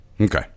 okay